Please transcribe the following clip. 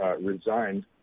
resigned